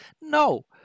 No